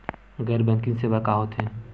गैर बैंकिंग सेवाएं का होथे?